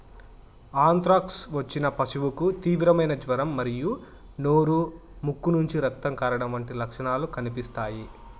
anthrax వచ్చిన పశువుకు తీవ్రమైన జ్వరం మరియు నోరు, ముక్కు నుంచి రక్తం కారడం వంటి లక్షణాలు కనిపిస్తాయి